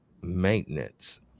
maintenance